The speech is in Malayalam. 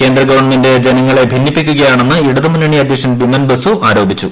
കേന്ദ്ര ഗവൺമെന്റ് ജനങ്ങളെ ഭിന്നിപ്പിക്കുകയാണെന്ന് ഇടതു മുന്നണി അധ്യക്ഷൻ ബിമൻ ബസു ആരോപിച്ചു